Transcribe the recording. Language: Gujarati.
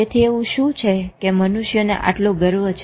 તેથી એવું શું છે કે મનુષ્યને આટલો ગર્વ છે